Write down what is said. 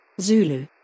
Zulu